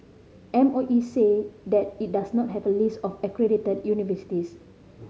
M O E said that it does not have a list of accredited universities